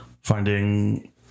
Finding